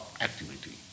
activity